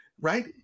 right